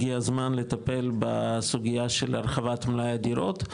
הגיע זמן לטפל בסוגיה של הרחבת מלאי הדירות,